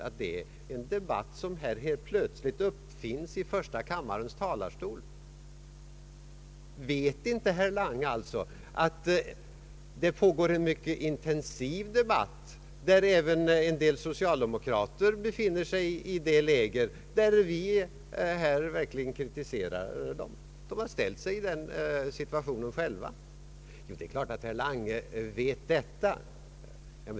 Menar herr Lange att det är en debatt som helt plötsligt har uppfunnits i första kammarens talarstol? Vet inte herr Lange att det pågår en mycket intensiv debatt, där även en del socialdemokrater befinner sig i det läget att vi verkligen kritiserar dem? De har själva ställt sig i den situationen. Det är klart att herr Lange vet detta.